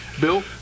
Bill